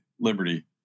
liberty